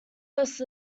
west